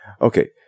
Okay